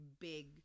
big